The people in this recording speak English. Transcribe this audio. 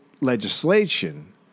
legislation